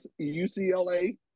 UCLA